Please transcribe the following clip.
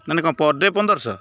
ମାନେ କ'ଣ per day ପନ୍ଦରଶହ